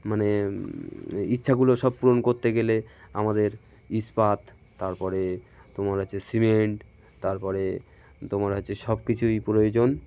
মানে ইচ্ছাগুলো সব পূরণ করতে গেলে আমাদের ইস্পাত তার পরে তোমার হচ্ছে সিমেন্ট তার পরে তোমার হচ্ছে সব কিছুই প্রয়োজন